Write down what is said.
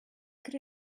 could